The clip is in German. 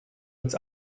uns